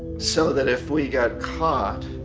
so that if we got caught,